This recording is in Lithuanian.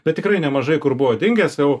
bet tikrai nemažai kur buvo dingęs jau